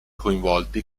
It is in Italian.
coinvolti